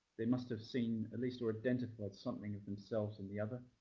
they must have seen, at least, or identified something of themselves in the other.